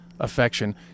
Affection